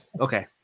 Okay